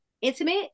intimate